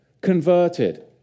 converted